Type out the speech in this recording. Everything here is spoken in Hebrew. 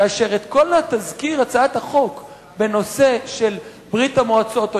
כאשר את תזכיר הצעת החוק בנושא של ברית המועצות או